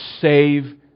save